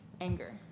anger